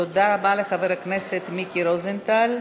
תודה רבה לחבר הכנסת מיקי רוזנטל.